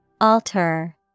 Alter